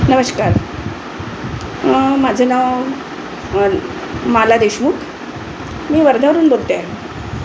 नमश्कार माझं नाव माला देशमुख मी वर्ध्यावरून बोलते आहे